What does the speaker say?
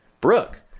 Brooke